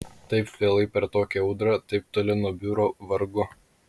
taip vėlai per tokią audrą taip toli nuo biuro vargu